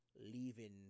leaving